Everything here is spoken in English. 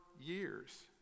years